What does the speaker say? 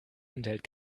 enthält